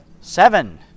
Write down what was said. Seven